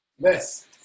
Yes